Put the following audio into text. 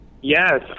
Yes